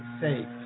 safe